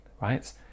right